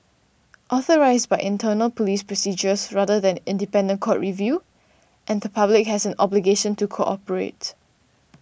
authorised by internal police procedures rather than independent court review and the public has an obligation to cooperate